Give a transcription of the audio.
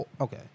Okay